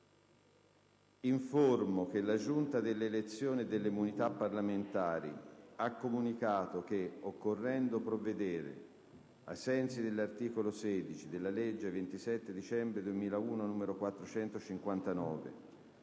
Informo che la Giunta delle elezioni e delle immunità parlamentari ha comunicato che, occorrendo provvedere, ai sensi dell'articolo 16 della legge 27 dicembre 2001, n. 459,